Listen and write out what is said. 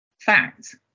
fact